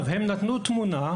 הם שמו כאן תמונה,